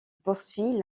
poursuit